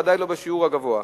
בוודאי לא בשיעור הגבוה.